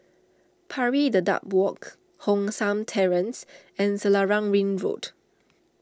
Pari Dedap Walk Hong San Terrace and Selarang Ring Road